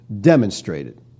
demonstrated